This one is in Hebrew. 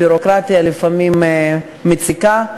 הביורוקרטיה לפעמים מציקה,